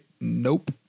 nope